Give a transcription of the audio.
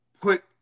put